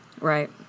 Right